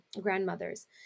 grandmothers